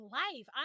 life